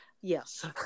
Yes